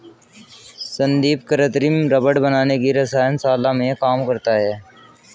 संदीप कृत्रिम रबड़ बनाने की रसायन शाला में काम करता है